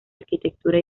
arquitectura